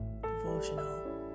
devotional